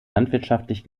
landwirtschaftlich